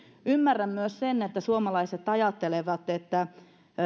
ymmärrän myös sen että suomalaiset ajattelevat että